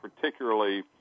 particularly